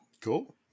cool